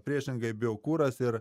priešingai biokuras ir